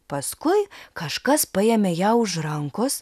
paskui kažkas paėmė ją už rankos